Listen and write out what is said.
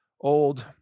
old